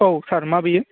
औ सार मा बेयो